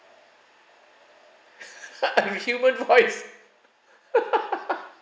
a human voice